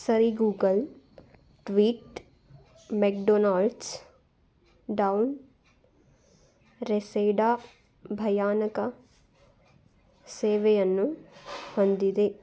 ಸರಿ Google tweet McDonald's down Reseda ಭಯಾನಕ ಸೇವೆಯನ್ನು ಹೊಂದಿದೆ